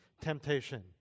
temptation